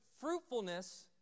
fruitfulness